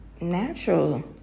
natural